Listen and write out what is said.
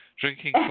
drinking